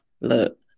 look